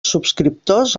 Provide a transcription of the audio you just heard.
subscriptors